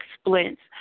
splints